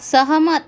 सहमत